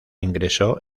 ingresó